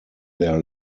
their